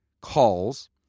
calls